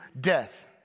death